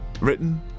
Written